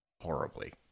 horribly